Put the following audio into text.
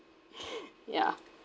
yeah